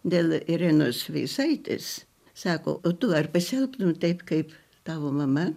dėl irenos veisaitės sako o tu ar pasielgtum taip kaip tavo mama